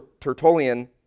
Tertullian